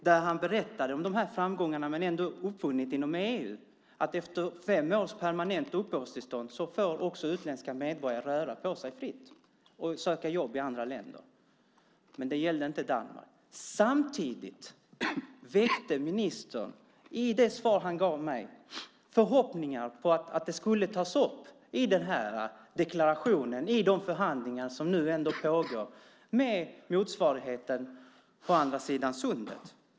I svaret berättade ministern om de framgångar som man uppnått och beslutat om i EU, nämligen att efter fem års permanent uppehållstillstånd får också utländska medborgare röra sig fritt och söka jobb i andra länder. Det gällde emellertid inte Danmark. Ministern väckte i det svar han gav mig förhoppningar om att frågan skulle tas upp i deklarationen, i de förhandlingar som nu pågår med motsvarande part på andra sidan Sundet.